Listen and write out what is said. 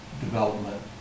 development